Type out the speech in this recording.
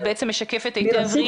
את בעצם משקפת היטב,